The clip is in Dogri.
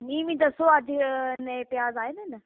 निं मिं दस्सो अज्ज नए प्याज आए दे न